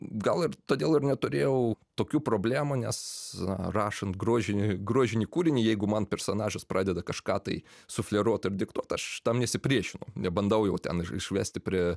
gal ir todėl ir neturėjau tokių problemų nes rašant grožinį grožinį kūrinį jeigu man personažas pradeda kažką tai sufleruot ar diktuot aš tam nesipriešinau nebandau jau ten išvesti prie